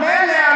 מילא,